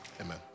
amen